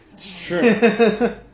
Sure